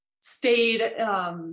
stayed